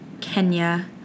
Kenya